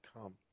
come